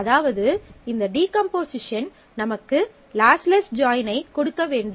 அதாவது இந்த டீகம்போசிஷன் நமக்கு லாஸ்லெஸ் ஜாயின் ஐக் கொடுக்க வேண்டும்